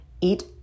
Eat